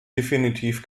definitiv